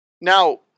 Now